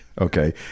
Okay